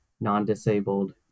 non-disabled